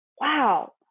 wow